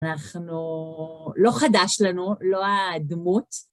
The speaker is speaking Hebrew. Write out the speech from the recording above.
אנחנו... לא חדש לנו, לא האדנות.